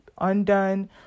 undone